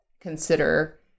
consider